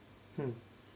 hmm